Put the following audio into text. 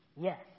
Yes